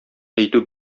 әйтү